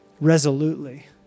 resolutely